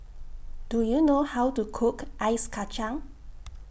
Do YOU know How to Cook Ice Kacang